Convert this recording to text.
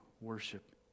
worship